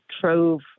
trove